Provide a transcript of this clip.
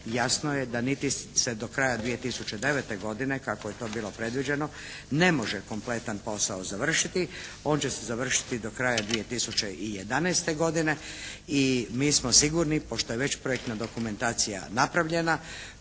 jasno je da niti se do kraja 2009. godine kako je to bilo predviđeno ne može kompletan posao završiti, on će se završiti do kraja 2011. godine i mi smo sigurni pošto je već projektna dokumentacija napravljena,